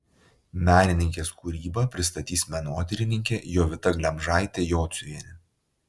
menininkės kūrybą pristatys menotyrininkė jovita glemžaitė jociuvienė